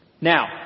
Now